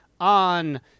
on